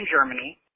Germany